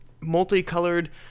multicolored